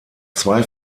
zwei